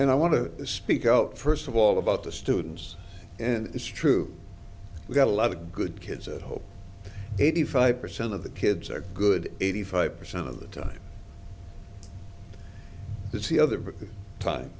and i want to this speak out first of all about the students and it's true we've got a lot of good kids at home eighty five percent of the kids are good eighty five percent of the time it's the other time